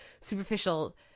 superficial